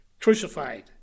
crucified